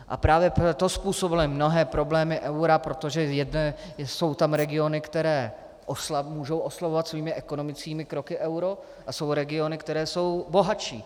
A právě to způsobil mnohé problémy eura, protože jednak jsou tam regiony, které mohou oslabovat svými ekonomickými kroky euro, a jsou regiony, které jsou bohatší.